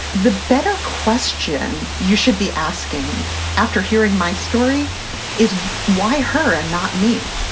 the better question you should be asking after hearing my story is why her and not me?